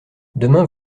demain